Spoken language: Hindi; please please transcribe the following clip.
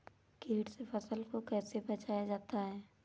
कीट से फसल को कैसे बचाया जाता हैं?